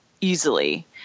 easily